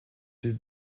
deux